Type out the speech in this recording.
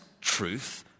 truth